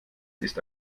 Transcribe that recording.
ist